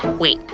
wait,